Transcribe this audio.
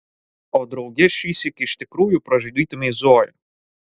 o drauge šįsyk iš tikrųjų pražudytumei zoją